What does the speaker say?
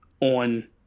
on